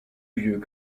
vieux